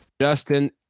Justin